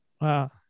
Wow